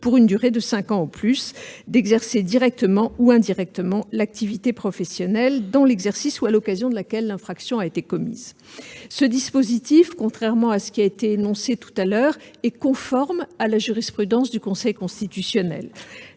pour une durée de cinq ans au plus, d'exercer directement ou indirectement l'activité professionnelle dans l'exercice ou à l'occasion de laquelle l'infraction a été commise. Contrairement à ce qui a été précédemment affirmé, ce dispositif est conforme à la jurisprudence du Conseil constitutionnel.